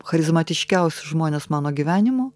charizmatiškiausi žmonės mano gyvenimo